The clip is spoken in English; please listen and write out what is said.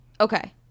Okay